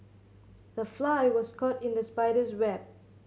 the fly was caught in the spider's web